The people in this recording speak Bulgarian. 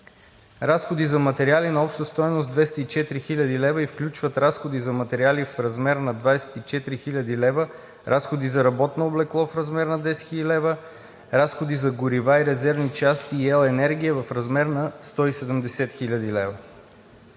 разходи за материали на обща стойност 204 хил. лв. и включват разходи за материали в размер на 24 хил. лв., разходи за работно облекло в размер на 10 хил. лв., разходи за горива и резервни части, и ел. енергия в размер на 170 хил. лв.